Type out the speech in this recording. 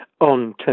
on